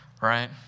right